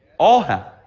all have.